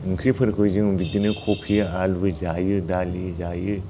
ओंख्रिफोरखौ जों बिदिनो कपि आलु जायो दालि जायो